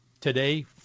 Today